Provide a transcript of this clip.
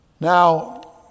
Now